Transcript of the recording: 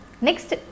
Next